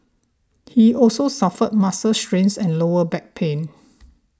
he also suffered muscle strains and lower back pain